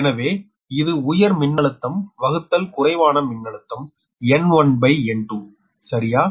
எனவே இது உயர் மின்னழுத்தம் வகுத்தல் குறைவான மின்னழுத்தம் N1N2 சரியா